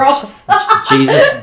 Jesus